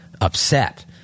upset